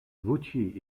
vautier